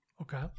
Okay